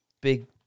big